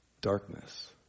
darkness